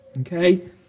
Okay